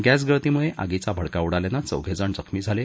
गॅसगळतीमुळे आगीचा भडका उडाल्यानं चौघेजण जखमी झाले